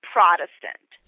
Protestant